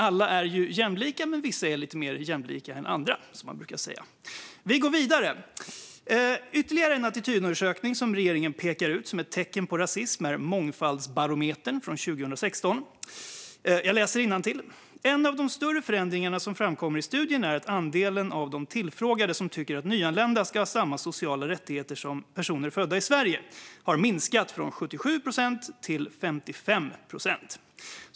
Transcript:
Alla är jämlika, men vissa är lite mer jämlika än andra, som man brukar säga. Vi går vidare. Ytterligare en attitydundersökning som regeringen pekar ut som ett tecken på rasism är Mångfaldsbarometern från 2016. Jag läser i den att en av de större förändringar som framkommer i studien är att andelen tillfrågade som tycker att nyanlända ska ha samma sociala rättigheter som personer födda i Sverige har minskat från 77 procent till 55 procent.